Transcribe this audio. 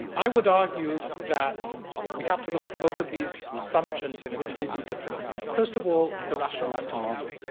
i would argue that we have to look at both of these assumptions in a completely different manner. first of all, the rational actor model.